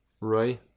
Roy